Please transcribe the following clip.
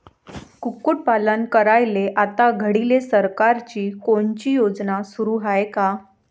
कुक्कुटपालन करायले आता घडीले सरकारची कोनची योजना सुरू हाये का?